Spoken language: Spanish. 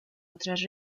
otras